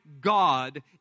God